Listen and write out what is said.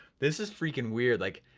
this is freaking weird, like,